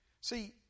See